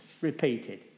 repeated